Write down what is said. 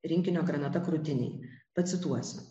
rinkinio granata krūtinėj pacituosiu